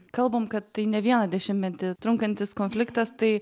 kalbam kad tai ne vieną dešimtmetį trunkantis konfliktas tai